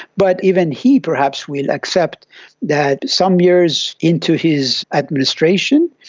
but even he perhaps we'll accept that some years into his administration,